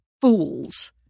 fools